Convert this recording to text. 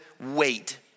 wait